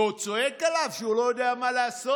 ועוד צועק עליו שהוא לא יודע מה לעשות,